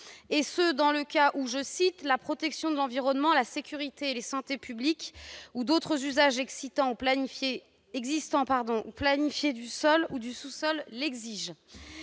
dans les cas où « la protection de l'environnement, de la sécurité et de la santé publiques ou d'autres usages existants ou planifiés du sol ou du sous-sol » l'exigent.